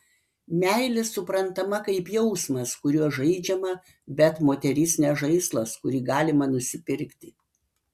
meilė suprantama kaip jausmas kuriuo žaidžiama bet moteris ne žaislas kurį galima nusipirkti